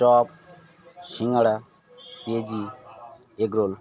chop সিঙড়া পেঁয়াজি egg role